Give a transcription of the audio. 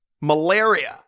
malaria